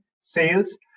sales